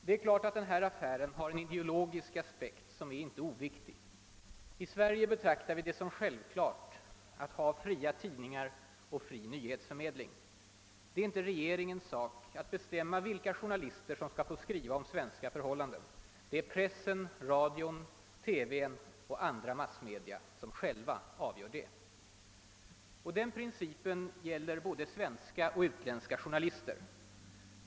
Det är klart att den här affären har en ideologisk aspekt som inte är oviktig. I Sverige betraktar vi det som självklart att ha fria tidningar och fri nyhetsförmedling. Det är inte regeringens sak att bestämma vilka journalister som skall få skriva om svenska förhållanden. Det är pressen, radion, TV och andra massmedia som själva avgör det. Den principen gäller både svenska och utländska journalister.